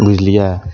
बुझलियै